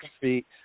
feet